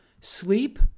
sleep